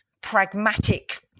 pragmatic